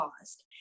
caused